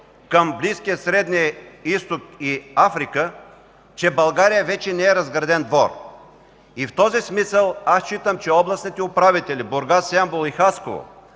към Близкия, Средния изток и Африка, че България вече не е разграден двор. В този смисъл считам, че областните управители на Бургас, Ямбол и Хасково